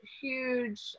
huge